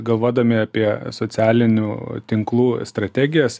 galvodami apie socialinių tinklų strategijas